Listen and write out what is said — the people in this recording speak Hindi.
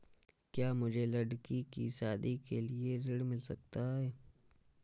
क्या मुझे लडकी की शादी के लिए ऋण मिल सकता है?